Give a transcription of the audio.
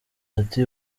ati